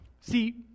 See